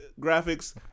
graphics